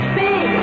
big